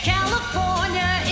California